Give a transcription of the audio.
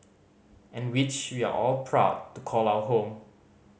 and which we are all proud to call our home